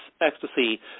ecstasy